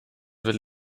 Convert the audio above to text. will